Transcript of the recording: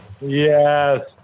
Yes